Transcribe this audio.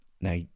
Now